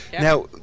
Now